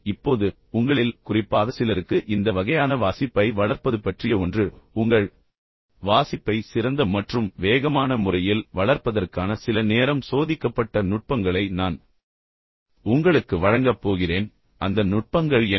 இப்போது உங்களில் குறிப்பாக சிலருக்கு இந்த வகையான வாசிப்பை வளர்ப்பது பற்றிய ஒன்று உங்கள் வாசிப்பை சிறந்த மற்றும் வேகமான முறையில் வளர்ப்பதற்கான சில நேரம் சோதிக்கப்பட்ட நுட்பங்களை நான் உங்களுக்கு வழங்கப் போகிறேன் அந்த நுட்பங்கள் என்ன